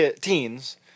teens